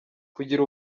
kugira